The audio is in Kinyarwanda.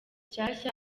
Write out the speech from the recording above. shyashya